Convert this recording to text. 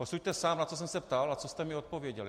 Posuďte sám, na co jsem se ptal, a co jste mi odpověděl.